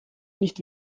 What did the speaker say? nicht